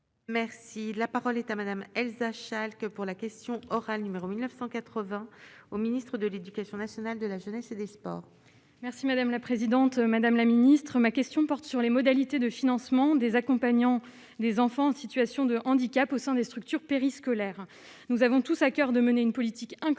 Merci, la parole est à Madame Elsa Schalke pour la question orale numéro 1980 au ministre de l'Éducation nationale de la jeunesse et des Sports. Merci madame la présidente, madame la ministre ma question porte sur les modalités de financement des accompagnants des enfants en situation de handicap au sein des structures périscolaires, nous avons tous à coeur de mener une politique inclusive